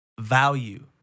value